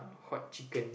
hot chicken